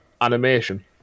animation